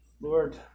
Lord